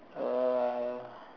uh